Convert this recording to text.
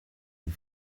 die